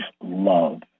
love